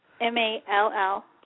M-A-L-L